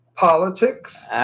Politics